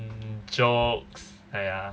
mm jokes !aiya!